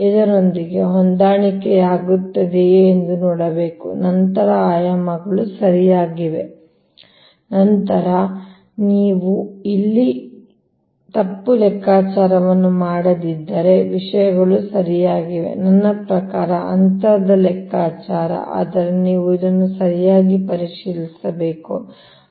ಇದರೊಂದಿಗೆ ಹೊಂದಾಣಿಕೆಯಾಗುತ್ತಿದೆಯೇ ಎಂದು ನೋಡಬೇಕು ನಂತರ ಆಯಾಮಗಳು ಸರಿಯಾಗಿವೆ ನಂತರ ನೀವು ಇಲ್ಲಿ ತಪ್ಪು ಲೆಕ್ಕಾಚಾರವನ್ನು ಮಾಡದಿದ್ದರೆ ವಿಷಯಗಳು ಸರಿಯಾಗಿವೆ ನನ್ನ ಪ್ರಕಾರ ಅಂತರದ ಲೆಕ್ಕಾಚಾರ ಆದರೆ ನೀವು ಇದನ್ನು ಸರಿಯಾಗಿ ಪರಿಶೀಲಿಸಬೇಕು